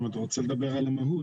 אם אתה רוצה לדבר על המהות,